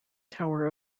tower